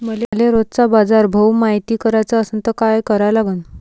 मले रोजचा बाजारभव मायती कराचा असन त काय करा लागन?